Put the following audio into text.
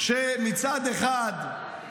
מצד אחד,